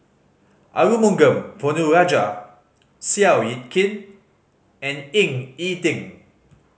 Arumugam Ponnu Rajah Seow Yit Kin and Ying E Ding